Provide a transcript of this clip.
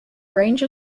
range